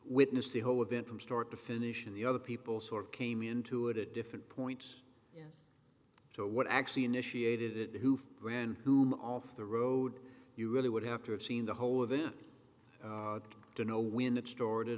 witnessed the whole event from start to finish and the other people sort of came into it at different points so what actually initiated it who ran off the road you really would have to have seen the whole event to know when it's stored